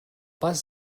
pas